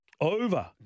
over